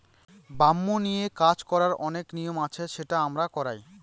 bamboo নিয়ে কাজ করার অনেক নিয়ম আছে সেটা আমরা করায়